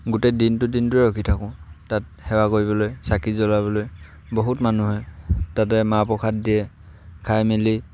গোটেই দিনটো দিনটোৱে ৰখি থাকোঁ তাত সেৱা কৰিবলৈ চাকি জ্বলাবলৈ বহুত মানুহ হয় তাতে মাহ প্ৰসাদ দিয়ে খাই মেলি